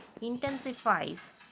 intensifies